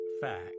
fact